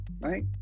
Right